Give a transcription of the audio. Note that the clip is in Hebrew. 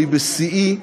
אני בשיאי.